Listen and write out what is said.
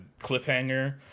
cliffhanger